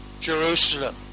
Jerusalem